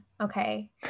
Okay